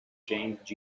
james